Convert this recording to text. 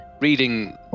reading